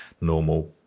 normal